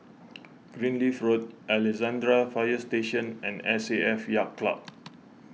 Greenleaf Road Alexandra Fire Station and S A F Yacht Club